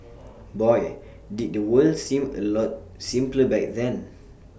boy did the world seem A lot simpler back then